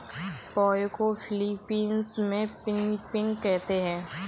पोहे को फ़िलीपीन्स में पिनीपिग कहते हैं